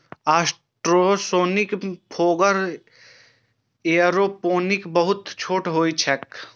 ultrasonic fogger aeroponic बहुत छोट होइत छैक